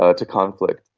ah to conflict.